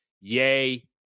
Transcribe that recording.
yay